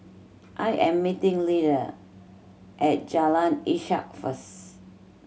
I am meeting Lida at Jalan Ishak first